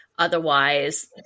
Otherwise